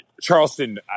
Charleston